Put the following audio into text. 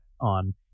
on